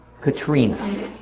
Katrina